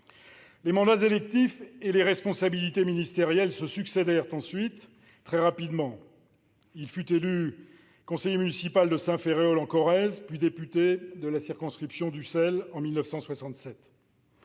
Les mandats électifs et les responsabilités ministérielles se succédèrent ensuite très rapidement. Il fut élu conseiller municipal de Sainte-Féréole en Corrèze, puis député de la circonscription d'Ussel en 1967.